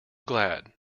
glad